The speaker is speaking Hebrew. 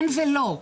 כן ולא.